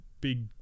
big